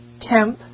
Temp